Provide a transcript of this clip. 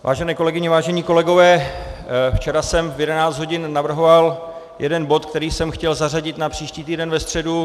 Vážené kolegyně, vážení kolegové, včera jsem v 11 hodin navrhoval jeden bod, který jsem chtěl zařadit na příští týden ve středu.